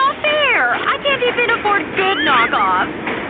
fair! i can't even afford good knock offs